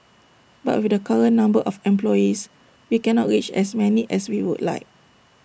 but with the current number of employees we cannot reach as many as we would like